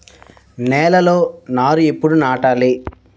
నేలలో నారు ఎప్పుడు నాటాలి?